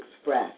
express